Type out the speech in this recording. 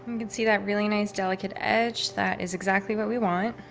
you can see that really nice, delicate edge. that is exactly what we want.